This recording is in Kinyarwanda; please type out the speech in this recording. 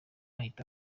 ahita